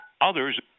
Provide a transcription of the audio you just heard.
Others